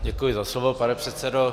Děkuji za slovo, pane předsedo.